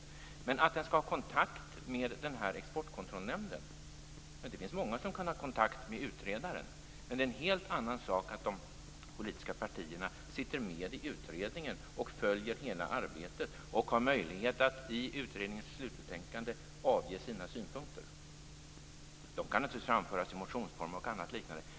Det sades att utredaren skall ha kontakt med Exportkontrollnämnden. Det är många som kan ha kontakt med utredaren. Men det är en helt annan sak att de politiska partierna sitter med i utredningen, följer hela arbetet och har möjlighet att avge sina synpunkter i utredningens slutbetänkande. De kan naturligtvis framföras i motionsform och liknande.